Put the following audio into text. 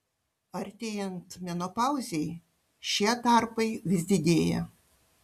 artėjant menopauzei šie tarpai vis didėja